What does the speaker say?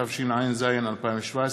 התשע"ז 2017,